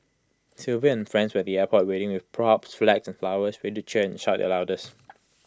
Sylvia and friends were at the airport waiting with props flags and flowers ready cheer and shout their loudest